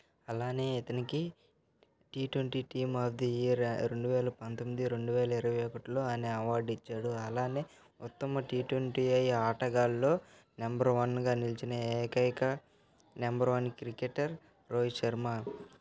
అలానే ఇతనికి T twenty team of the year రెండు వేల పంతొమ్మిది రెండు వేల ఇరవై ఒకటిలో అనే అవార్డు ఇచ్చాడు అలానే ఉత్తమ టీ ట్వెంటీ ఐ ఆటగాళ్ళలో నెంబర్ వన్గా నిలిచిన ఏకైక number one cricketer Rohit Sharma